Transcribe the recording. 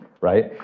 right